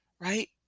right